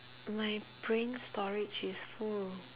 my brain storage is full